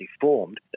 formed